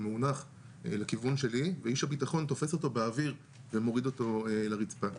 במאונך לכיוון שלי - ואיש הביטחון תופס אותו באוויר ומוריד אותו לרצפה.